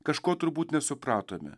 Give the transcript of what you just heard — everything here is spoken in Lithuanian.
kažko turbūt nesupratome